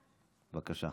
בבקשה.